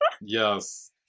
Yes